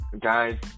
guys